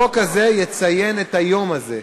החוק הזה יציין את היום הזה,